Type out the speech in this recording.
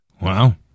Wow